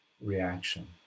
reaction